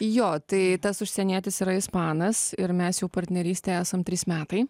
jo tai tas užsienietis yra ispanas ir mes jau partnerysty esam trys metai